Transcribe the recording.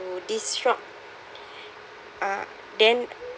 to this shop uh then